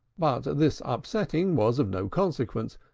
but this upsetting was of no consequence,